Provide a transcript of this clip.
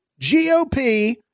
GOP